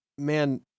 man